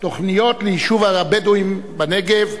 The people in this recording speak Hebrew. תוכניות ליישובים הבדואיים בנגב),